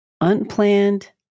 unplanned